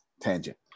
tangent